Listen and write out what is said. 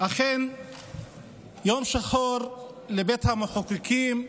אכן יום שחור לבית המחוקקים,